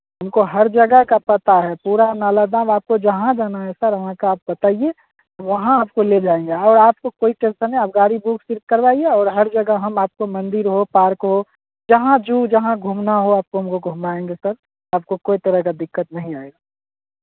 हमको हर जगह का पता है पूरा नालंदा में आपको जहाँ जाना है सर वहाँ का आप बताइए वहाँ आपको ले जाएंगे और आपको कोई टेंशन नहीं आप गाड़ी बुक सिर्फ करवाइए और हर जगह हम आपको मंदिर हो पार्क हो जहाँ जो जहाँ घूमना हो आपको हम वो आपको घुमाएंगे सर आपको कोई तरह का दिक्कत नहीं आएगा